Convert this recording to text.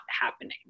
happening